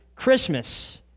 Christmas